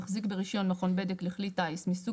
המחזיק ברישיון מכון בדק לכלי טיס מסוג